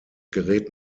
gerät